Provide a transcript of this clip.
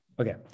Okay